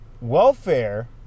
Welfare